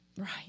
right